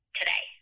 today